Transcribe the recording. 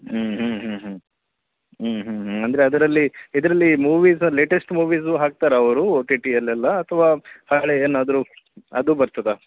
ಹ್ಞೂ ಹ್ಞೂ ಹ್ಞೂ ಹ್ಞೂ ಹ್ಞೂ ಹ್ಞೂ ಹ್ಞೂ ಅಂದರೆ ಅದರಲ್ಲಿ ಇದರಲ್ಲಿ ಮೂವೀಸ ಲೇಟೆಸ್ಟ್ ಮೂವೀಸು ಹಾಕ್ತಾರಾ ಅವರು ಓ ಟಿ ಟಿಯಲ್ಲೆಲ್ಲ ಅಥ್ವಾ ಹಳೆ ಏನಾದರು ಅದು ಬರ್ತದಾ